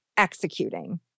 executing